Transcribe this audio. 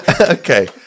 Okay